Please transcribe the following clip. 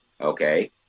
okay